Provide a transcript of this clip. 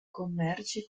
commerci